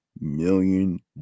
million